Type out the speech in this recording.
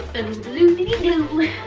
and gluegiddy glue.